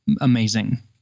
amazing